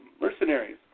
mercenaries